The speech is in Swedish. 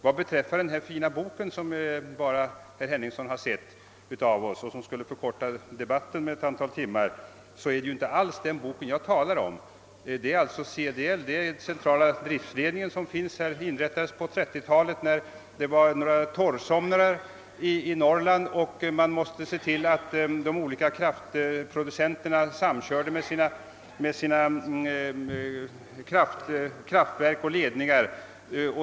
Vad beträffar den fina boken som bara herr Henningsson har sett och som skulle ha förkortat debatten med ett antal timmar, så är det inte alls samma bok som jag har talat om. CDL inrättades på 1930-talet, när det hade varit några torrsomrar i Norrland och man måste se till att de olika kraftproducenterna samkörde sina kraftverk och ledningar.